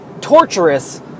torturous